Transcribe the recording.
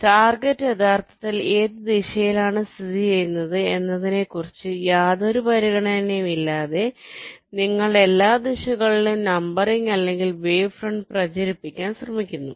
target യഥാർത്ഥത്തിൽ ഏത് ദിശയിലാണ് സ്ഥിതിചെയ്യുന്നത് എന്നതിനെക്കുറിച്ച് യാതൊരു പരിഗണനയുമില്ലാതെ നിങ്ങൾ എല്ലാ ദിശകളിലും നമ്പറിംഗ് അല്ലെങ്കിൽ വേവ് ഫ്രണ്ട് പ്രചരിപ്പിക്കാൻ ശ്രമിക്കുന്നു